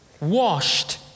washed